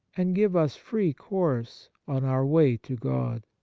and give us free course on our way to god?